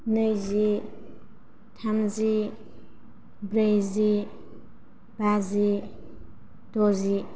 नैजि थामजि ब्रैजि बाजि द'जि